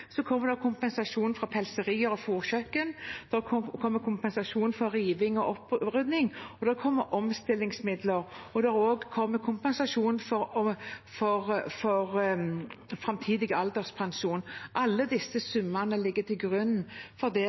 kommer det kompensasjon fra pelserier og fôrkjøkken, det kommer kompensasjon for riving og opprydning, og det kommer omstillingsmidler. Det kommer også kompensasjon for framtidig alderspensjon. Alle disse summene ligger til grunn for det